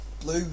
blue